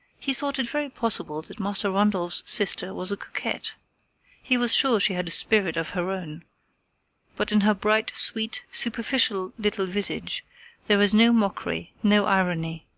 he thought it very possible that master randolph's sister was a coquette he was sure she had a spirit of her own but in her bright, sweet, superficial little visage there was no mockery, no irony.